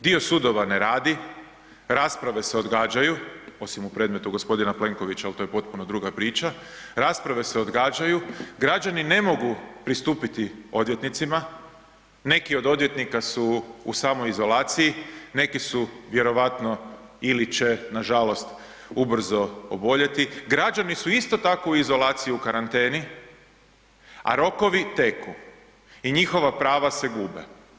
Dio sudova ne radi, rasprave se odgađaju, osim u predmetu gospodina Plenkovića, ali to je potpuno druga priča, rasprave se odgađaju, građani ne mogu pristupiti odvjetnicima, neki od odvjetnika su u samoizolaciji, neki su vjerojatno ili će nažalost ubrzo oboljeti, građani su isto tako u izolaciji u karanteni, a rokovi teku i njihova prava se gube.